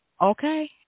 Okay